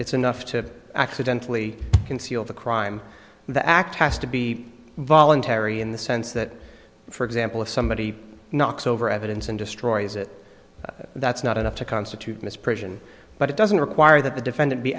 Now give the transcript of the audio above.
it's enough to accidentally conceal the crime and the act has to be voluntary in the sense that for example if somebody knocks over evidence and destroys it that's not enough to constitute misprision but it doesn't require that the defendant be